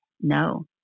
no